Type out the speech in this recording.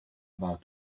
about